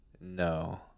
no